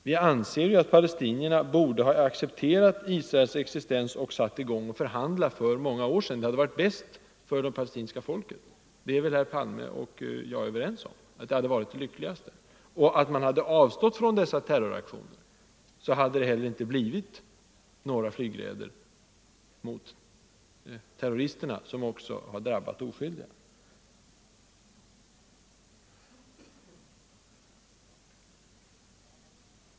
Vi anser ju att palestinierna borde ha accepterat Israels existens och satt i gång att förhandla för många år sedan. Det hade varit bäst för det palestinska folket. Herr Palme och jag är väl överens om att det hade varit det lyckligaste. Om man hade avstått från terroraktionerna, hade det inte heller blivit några flygraider mot terroristerna, som också har drabbat oskyldiga.